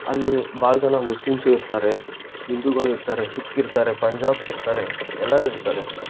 ಅಲ್ಲಿ ಭಾಳ್ ಜನ ಮುಸ್ಲಿಮ್ಸು ಇರ್ತಾರೆ ಹಿಂದೂಗಳು ಇರ್ತಾರೆ ಸಿಖ್ ಇರ್ತಾರೆ ಪಂಜಾಬ್ಸ್ ಇರ್ತಾರೆ ಎಲ್ಲರೂ ಇರ್ತಾರೆ